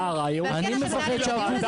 אני מפחד שהקופות ייקחו את זה.